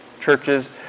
churches